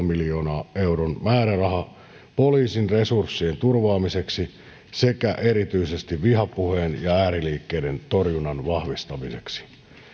miljoonan euron määräraha poliisin resurssien turvaamiseksi sekä erityisesti vihapuheen ja ääriliikkeiden torjunnan vahvistamiseksi